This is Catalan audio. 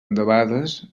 debades